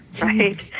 right